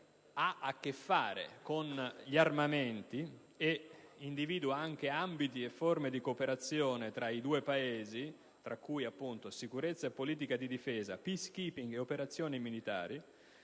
ha a che fare con gli armamenti e individua anche ambiti e forme di cooperazione tra i due Paesi, tra cui sicurezza e politica di difesa, *peace keeping* e operazioni umanitarie,